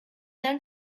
then